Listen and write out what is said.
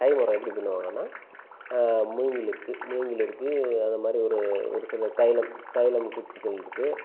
கை முறம் எப்படி பின்னுவாங்கன்னால் மூங்கில் இருக்குது மூங்கில் இருக்குது அது மாதிரி ஒரு ஒரு சில தைலம் தைலம் குச்சிகள் இருக்குது